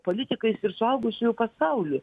politikais ir suaugusiųjų pasauliu